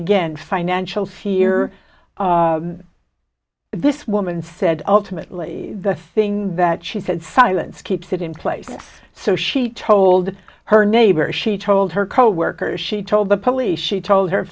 again financial fear this woman said ultimately the thing that she said silence keeps it in place so she told her neighbor she told her coworkers she told the police she told her